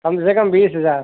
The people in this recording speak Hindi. कम से कम बीस हजार